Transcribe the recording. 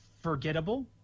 forgettable